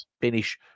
finish